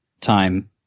time